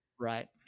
right